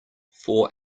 four